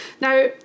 Now